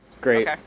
Great